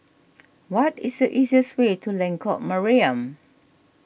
what is the easiest way to Lengkok Mariam